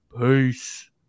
Peace